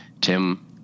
Tim